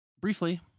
Briefly